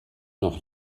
noch